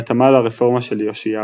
בהתאמה לרפורמה של יאשיהו.